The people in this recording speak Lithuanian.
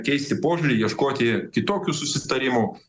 keisti požiūrį ieškoti kitokių susitarimų